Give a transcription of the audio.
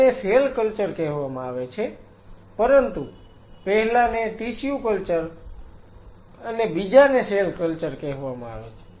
તેને cell culture કહેવામાં આવે છે પરંતુ પહેલાને ટિશ્યુ કલ્ચર અને બીજાને સેલ કલ્ચર કહેવામાં આવે છે